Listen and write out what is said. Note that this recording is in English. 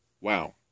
Wow